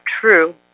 true